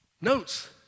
notes